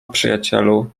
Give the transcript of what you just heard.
przyjacielu